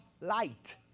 light